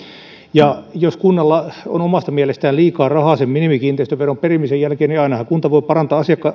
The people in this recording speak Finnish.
jos kunnalla on omasta mielestään liikaa rahaa sen minimikiinteistöveron perimisen jälkeen niin ainahan kunta voi parantaa